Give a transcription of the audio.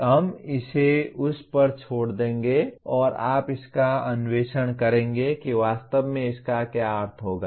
हम इसे उस पर छोड़ देंगे और आप इसका अन्वेषण करेंगे कि वास्तव में इसका क्या अर्थ होगा